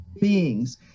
beings